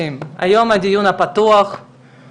אנחנו עושים היום דיון ראשון על נושא הרפורמה בכשרות.